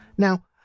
Now